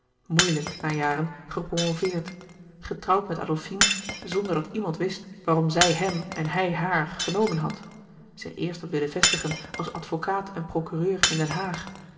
moeilijk na jaren gepromoveerd getrouwd met adolfine zonder dat iemand wist waarom zij hem en hij haar genomen had zich eerst had willen vestigen als advocaat en procureur in den haag